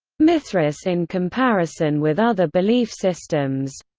mithras in comparison with other belief systems